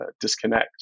disconnect